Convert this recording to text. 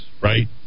right